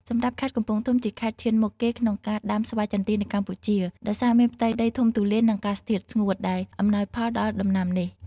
សម្រាប់ខេត្តកំពង់ធំ ជាខេត្តឈានមុខគេក្នុងការដាំស្វាយចន្ទីនៅកម្ពុជា ដោយសារមាន ផ្ទៃដីធំទូលាយ និង អាកាសធាតុស្ងួត ដែលអំណោយផលដល់ដំណាំនេះ។